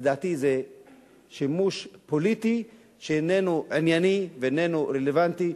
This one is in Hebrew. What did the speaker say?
לדעתי זה שימוש פוליטי שאיננו ענייני ואיננו רלוונטי.